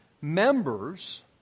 members